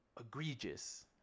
egregious